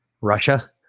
Russia